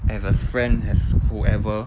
as a friend as whoever